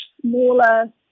smaller